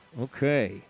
okay